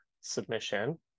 submission